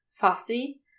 fussy